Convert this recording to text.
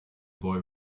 boy